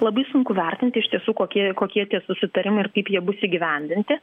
labai sunku vertinti iš tiesų kokie kokie tie susitarimai ir kaip jie bus įgyvendinti